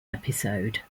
episode